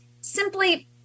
simply